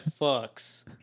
fucks